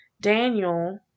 Daniel